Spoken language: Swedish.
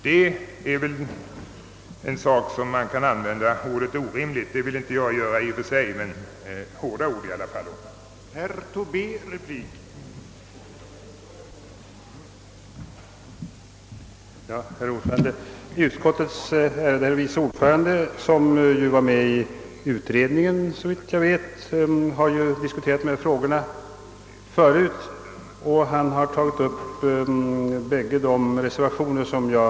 Jag vill inte gärna använda ordet orimligt, men man kan i varje fall säga mycket hårda ord om ett dylikt förfaringssätt.